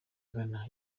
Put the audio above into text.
ghana